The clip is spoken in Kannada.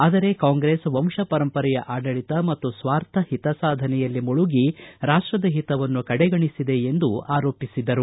ಆದರೆ ಕಾಂಗ್ರೆಸ್ ವಂಶಪರಂಪರೆಯ ಆಡಳಿತ ಮತ್ತು ಸ್ವಾರ್ಥ ಓತ ಸಾಧನೆಯಲ್ಲಿ ಮುಳುಗಿ ರಾಷ್ಷದ ಹಿತವನ್ನು ಕಡೆಗಣಿಸಿದೆ ಎಂದು ಆರೋಪಿಸಿದರು